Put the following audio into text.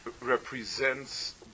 represents